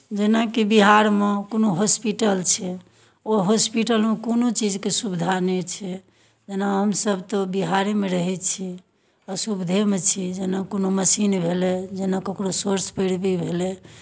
जेनाकि बिहारमे कोनो हॉस्पिटल छै ओ हॉस्पिटलमे कोनो चीजके सुविधा नहि छै जेना हमसभ तऽ बिहारेमे रहै छी असुविधेमे छी जेना कोनो मशीन भेलै जेना ककरो सोर्स पैरवी भेलै